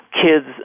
kids